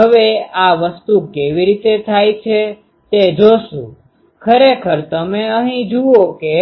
હવેઆ વસ્તુ કેવી રીતે થાય છે તે જોશું ખરેખર તમે અહીં જુઓ કે